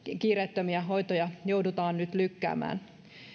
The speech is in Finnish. kiireettömiä hoitoja joudutaan nyt lykkäämään